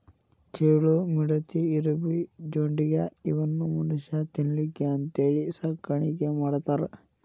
ಚೇಳು, ಮಿಡತಿ, ಇರಬಿ, ಜೊಂಡಿಗ್ಯಾ ಇವನ್ನು ಮನುಷ್ಯಾ ತಿನ್ನಲಿಕ್ಕೆ ಅಂತೇಳಿ ಸಾಕಾಣಿಕೆ ಮಾಡ್ತಾರ